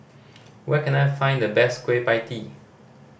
where can I find the best Kueh Pie Tee